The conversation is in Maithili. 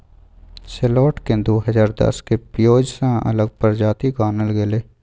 सैलोट केँ दु हजार दस मे पिओज सँ अलग प्रजाति गानल गेलै